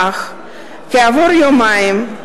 אך כעבור יומיים,